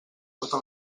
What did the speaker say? tota